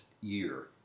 year